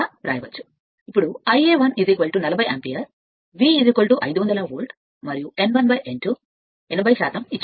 ఇప్పుడు ∅1 40 ampere V 500 volt మరియు 1 n2 80 ఇచ్చారు